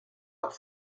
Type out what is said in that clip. las